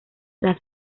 las